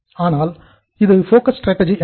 அதனால் இது focus strategy எனப்படும்